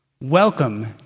Welcome